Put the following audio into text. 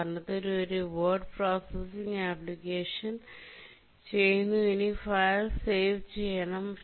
ഉദാഹരണത്തിന് ഒരു word processing application ചെയ്യുന്നു ഇനി ഫയൽ സേവ് ചെയ്യണം